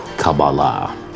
Kabbalah